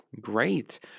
Great